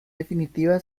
definitiva